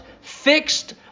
fixed